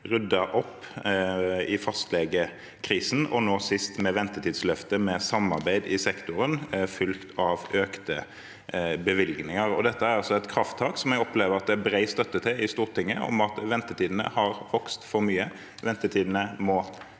ryddet opp i fastlegekrisen, og nå sist har vi lansert ventetidsløftet, med samarbeid i sektoren, fulgt av økte bevilgninger. Dette er et krafttak jeg opplever at det er bred støtte til i Stortinget. Ventetidene har vokst for mye; de må